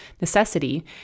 necessity